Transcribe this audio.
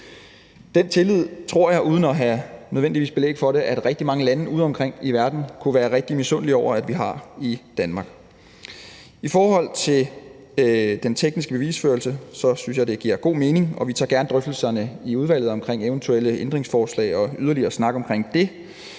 Den tillid tror jeg, uden nødvendigvis at have belæg for det, at rigtig mange lande ude omkring i verden kunne være rigtig misundelige over at vi har i Danmark. I forhold til den tekniske bevisførelse synes jeg, det giver god mening, og vi tager gerne drøftelserne i udvalget omkring eventuelle ændringsforslag og yderligere snak omkring det.